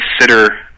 consider